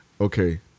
okay